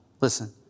Listen